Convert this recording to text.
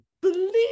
believe